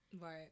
right